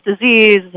disease